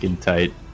tight